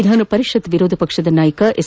ವಿಧಾನ ಪರಿಷತ್ತಿನ ವಿರೋಧ ಪಕ್ಷದ ನಾಯಕ ಎಸ್